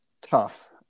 tough